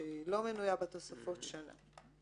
שאינה מנויה בתוספות שנה".